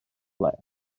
flesh